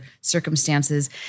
circumstances